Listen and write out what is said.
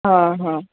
હા હા